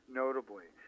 notably